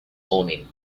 morning